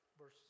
verse